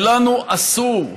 שלנו אסור להוציא,